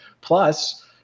Plus